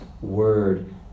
Word